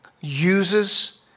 uses